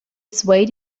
swayed